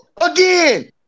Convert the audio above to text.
again